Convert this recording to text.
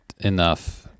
enough